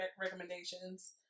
recommendations